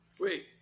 Wait